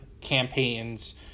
campaigns